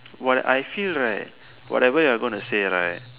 what I feel right whatever you're gonna say right